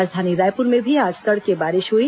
राजधानी रायपुर में भी आज तड़के बारिश हुई